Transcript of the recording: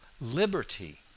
liberty